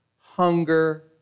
hunger